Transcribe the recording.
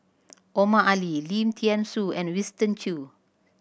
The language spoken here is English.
Omar Ali Lim Thean Soo and Winston Choo